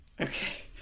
Okay